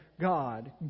God